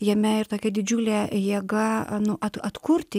jame ir tokia didžiulė jėga nu atkurti